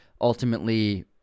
ultimately